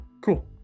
cool